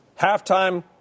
Halftime